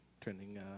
trending